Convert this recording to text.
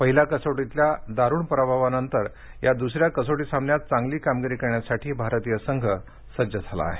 पहिल्या कसोटीतल्या दारूण पराभवानंतर या द्सऱ्या कसोटी सामन्यात चांगली कामगिरी करण्यासाठी भारतीय संघ सज्ज झाला आहे